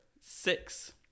six